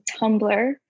Tumblr